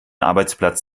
arbeitsplatz